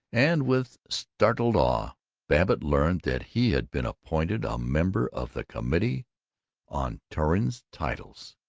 and with startled awe babbitt learned that he had been appointed a member of the committee on torrens titles.